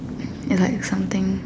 is like something